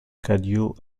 cadio